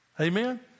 Amen